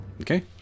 Okay